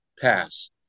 pass